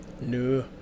no